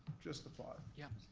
just a thought. yeah,